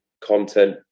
content